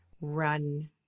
run